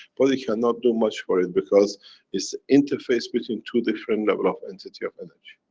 but you cannot do much for it, because is the interface between two different level of entity of energy.